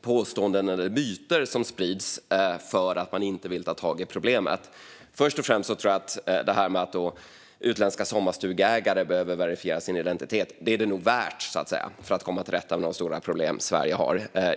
påståenden eller myter som sprids för att man inte vill ta tag i problemet. Först och främst tror jag, när det gäller att utländska sommarstugeägare behöver verifiera sin identitet, att det nog är värt det för att komma till rätta med de stora problem som Sverige har.